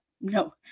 No